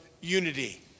unity